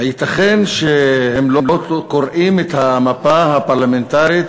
הייתכן שהם לא קוראים את המפה הפרלמנטרית